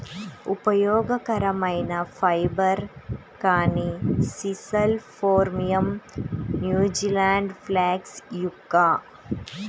ఉపయోగకరమైన ఫైబర్, కానీ sisal phormium, New Zealand flax yucca